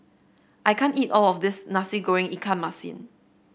I can't eat all of this Nasi Goreng Ikan Masin